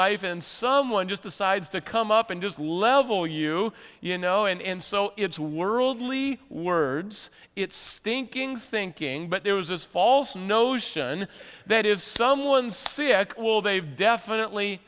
life and someone just decides to come up and just level you you know and so it's a worldly words it's stinking thinking but there was this false notion that if someone sick well they've definitely